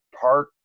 Park